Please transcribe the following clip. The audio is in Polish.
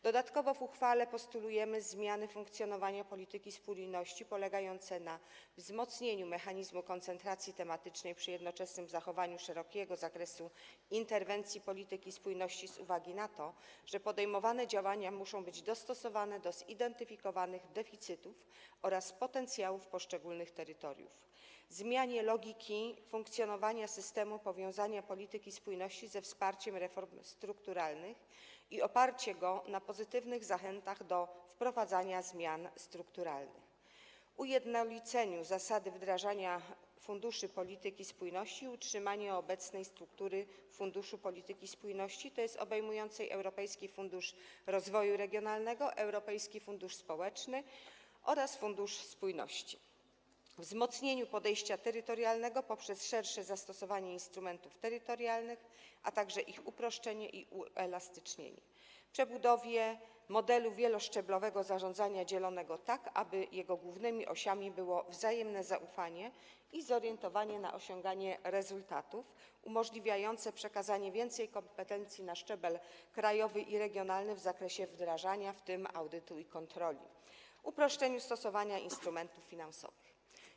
Dodatkowo w uchwale proponujemy zmiany funkcjonowania polityki spójności polegające na: wzmocnieniu mechanizmu koncentracji tematycznej przy jednoczesnym zachowaniu szerokiego zakresu interwencji polityki spójności z uwagi na to, że podejmowane działania muszą być dostosowane do zidentyfikowanych deficytów oraz potencjałów poszczególnych terytoriów; zmianie logiki funkcjonowania systemu powiązania polityki spójności ze wsparciem reform strukturalnych i oparcie go na pozytywnych zachętach do wprowadzania zmian strukturalnych; ujednoliceniu zasady wdrażania funduszy polityki spójności i utrzymaniu obecnej struktury funduszy polityki spójności, tj. obejmującej Europejski Fundusz Rozwoju Regionalnego, Europejski Fundusz Społeczny oraz Fundusz Spójności; wzmocnieniu podejścia terytorialnego poprzez szersze zastosowanie instrumentów terytorialnych, a także ich uproszczenie i uelastycznienie, przebudowie modelu wieloszczeblowego zarządzania dzielonego tak, aby jego głównymi osiami było wzajemne zaufanie i zorientowanie na osiąganie rezultatów umożliwiające przekazanie więcej kompetencji na szczebel krajowy i regionalny w zakresie wdrażania, w tym audytu i kontroli; uproszczeniu stosowania instrumentów finansowych.